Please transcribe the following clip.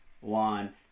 one